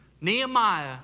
Nehemiah